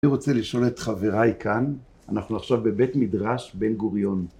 אני רוצה לשאול את חבריי כאן, אנחנו עכשיו בבית מדרש בן גוריון.